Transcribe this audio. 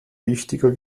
wichtiger